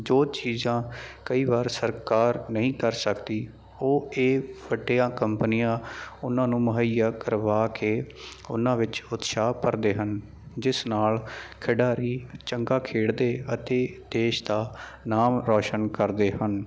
ਜੋ ਚੀਜ਼ਾਂ ਕਈ ਵਾਰ ਸਰਕਾਰ ਨਹੀਂ ਕਰ ਸਕਦੀ ਉਹ ਇਹ ਵੱਡੀਆਂ ਕੰਪਨੀਆਂ ਉਹਨਾਂ ਨੂੰ ਮੁਹਈਆ ਕਰਵਾ ਕੇ ਉਹਨਾਂ ਵਿੱਚ ਉਤਸ਼ਾਹ ਭਰਦੇ ਹਨ ਜਿਸ ਨਾਲ ਖਿਡਾਰੀ ਚੰਗਾ ਖੇਡਦੇ ਅਤੇ ਦੇਸ਼ ਦਾ ਨਾਮ ਰੌਸ਼ਨ ਕਰਦੇ ਹਨ